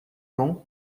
nom